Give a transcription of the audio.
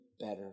better